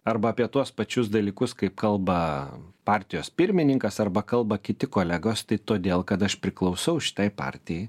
arba apie tuos pačius dalykus kaip kalba partijos pirmininkas arba kalba kiti kolegos tai todėl kad aš priklausau šitai partijai